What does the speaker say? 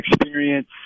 experience